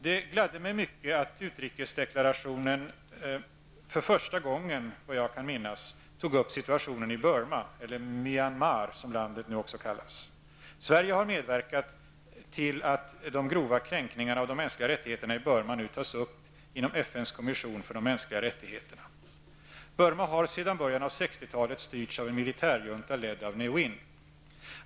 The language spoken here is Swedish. Det gladde mig mycket att utrikesdeklarationen, för första gången vad jag kan minnas, tog upp situationen i Burma eller Myanmar, som landet nu också kallas. Sverige har medverkat till att de grova kränkningarna av de mänskliga rättigheterna i Burma nu tas upp inom Burma har sedan början av 60-talet styrts av en militärjunta ledd av Ne Win.